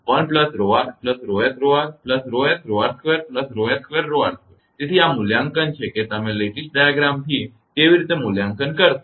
તેથી આ મૂલ્યાંકન છે કે તમે લેટીસ ડાયાગ્રામથી કેવી રીતે મૂલ્યાંકન કરો છો